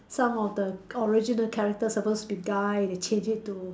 some of the original characters supposed to be guy they change it to